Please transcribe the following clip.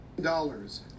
dollars